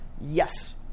yes